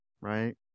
right